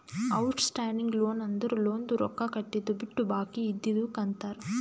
out standing loan ಅಂದುರ್ ಲೋನ್ದು ರೊಕ್ಕಾ ಕಟ್ಟಿದು ಬಿಟ್ಟು ಬಾಕಿ ಇದ್ದಿದುಕ್ ಅಂತಾರ್